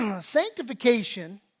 sanctification